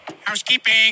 housekeeping